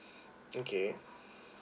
okay